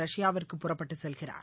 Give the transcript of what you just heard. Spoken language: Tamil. ரஷ்யாவிற்கு புறப்பட்டு செல்கிறார்